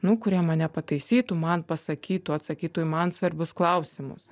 nu kurie mane pataisytų man pasakytų atsakytų į mums svarbius klausimus